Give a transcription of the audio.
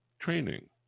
training